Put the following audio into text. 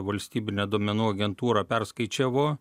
valstybinė duomenų agentūra perskaičiavo